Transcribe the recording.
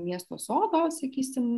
miesto sodo sakysim